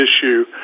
issue